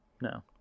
no